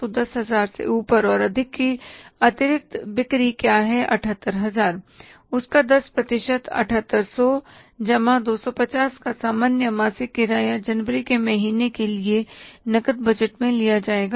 तो 10000 से ऊपर और अधिक की अतिरिक्त बिक्री क्या है 78000 उसका 10 प्रतिशत 7800 जमा 250 का सामान्य मासिक किराया जनवरी के महीने के लिए नकद बजट में लिया जाएगा